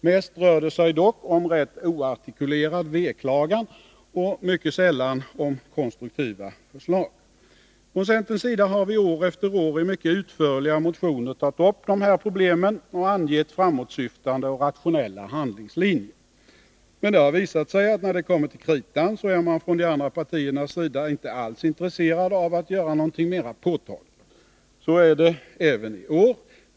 Mest rör det sig dock om rätt oartikulerad veklagan och mycket sällan om konstruktiva förslag. Centern har år efter år i mycket utförliga motioner tagit upp de här problemen och angett framåtsyftande och rationella handlingslinjer. Men när det kommit till kritan har de andra partierna inte alls varit intresserade av att göra någonting mera påtagligt. Så är det även i år.